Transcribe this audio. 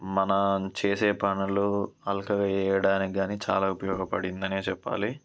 మన చేసే పనుల్లో అలక వేయడానికి కాని చాలా ఉపయోగపడిందనే చెప్పాలి